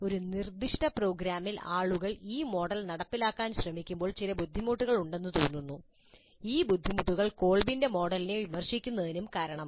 ഒരു നിർദ്ദിഷ്ട പ്രോഗ്രാമിൽ ആളുകൾ ഈ മോഡൽ നടപ്പിലാക്കാൻ ശ്രമിക്കുമ്പോൾ ചില ബുദ്ധിമുട്ടുകൾ ഉണ്ടെന്ന് തോന്നുന്നു ഈ ബുദ്ധിമുട്ടുകൾ കോൾബിന്റെ മോഡലിനെ വിമർശിക്കുന്നതിനും കാരണമായി